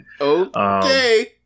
okay